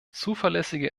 zuverlässige